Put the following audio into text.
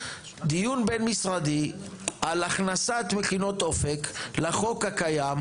דיון בין משרדי על הכנסת מכינות אופק לחוק הקיים,